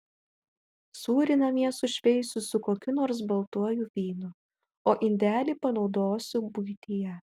sūrį namie sušveisiu su kokiu nors baltuoju vynu o indelį panaudosiu buityje